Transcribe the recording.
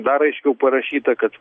dar aiškiau parašyta kad